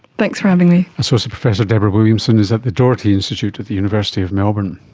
thanks for having me. associate professor deborah williamson is at the doherty institute at the university of melbourne.